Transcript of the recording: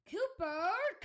Cooper